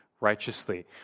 righteously